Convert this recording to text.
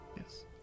Yes